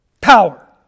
power